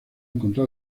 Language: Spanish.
encontró